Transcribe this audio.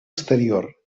exterior